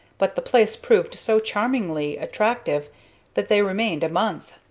but the place proved so charmingly attractive that they remained a month,